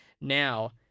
Now